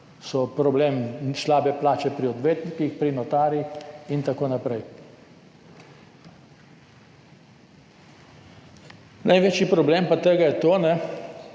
so problem slabe plače pri odvetnikih, pri notarjih in tako naprej. Največji problem tega je pa